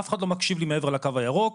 אף אחד לא מקשיב לי מעבר לקו הירוק,